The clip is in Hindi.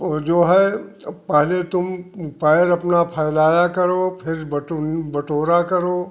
और जो है पहले तुम पैर अपना फैलाया करो फिर बटोरा करो